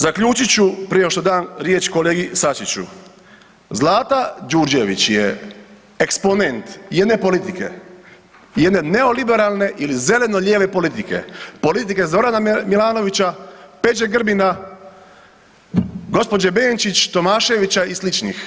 Zaključit ću prije nego što dam riječ kolegi Sačiću, Zlata Đurđević je eksponent jedne politike, jedna neoliberalne ili zeleno-lijeve politike, politike Zorana Milanovića, Peđe Grbina, gospođe Benčić, Tomaševića i sličnih.